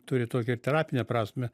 turi tokią ir terapinę prasmę